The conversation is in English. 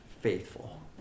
faithful